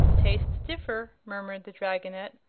tastes differ, murmured the dragonette,